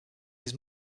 his